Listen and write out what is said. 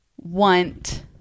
want